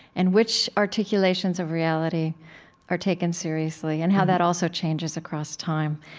and which articulations of reality are taken seriously and how that also changes across time?